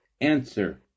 answer